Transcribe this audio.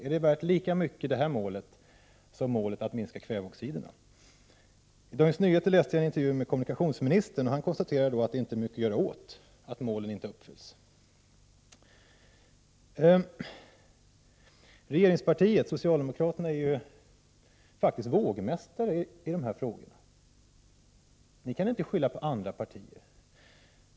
Är detta mål lika mycket värt som målet att minska kväveoxiderna? I Dagens Nyheter läste jag en intervju med kommunikationsministern. Han konstaterar där att man inte kan göra mycket åt att målen inte uppfylls. Regeringspartiet, det socialdemokratiska partiet, är faktiskt vågmästaren när det gäller dessa frågor. Socialdemokraterna kan inte skylla på andra partier.